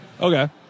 Okay